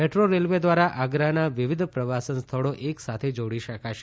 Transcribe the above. metro railway દ્વારા આ ગ્રાના વિવિધ પ્રવાસન સ્થળો એક સાથે જોડી શકાશે